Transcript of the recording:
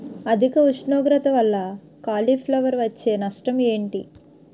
అధిక ఉష్ణోగ్రత వల్ల కాలీఫ్లవర్ వచ్చే నష్టం ఏంటి?